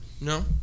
No